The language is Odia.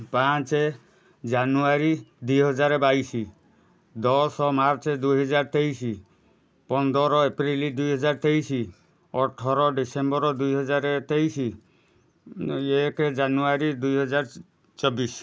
ପାଞ୍ଚ ଜାନୁୟାରୀ ଦୁଇ ହଜାର ବାଇଶି ଦଶ ମାର୍ଚ୍ଚ୍ ଦୁଇ ହଜାର ତେଇଶି ପନ୍ଦର ଏପ୍ରିଲ୍ ଦୁଇ ହଜାର ତେଇଶି ଅଠର ଡିସେମ୍ବର୍ ଦୁଇ ହଜାର ତେଇଶି ଏକ ଜାନୁୟାରୀ ଦୁଇ ହଜାର ଚବିଶି